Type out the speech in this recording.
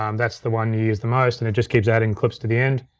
um that's the one you use the most, and it just keeps adding clips to the end.